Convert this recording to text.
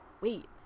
wait